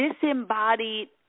disembodied